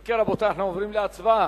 אם כן, רבותי, אנחנו עוברים להצבעה.